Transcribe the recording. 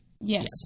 Yes